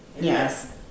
Yes